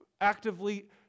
actively